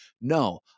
No